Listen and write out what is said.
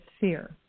fear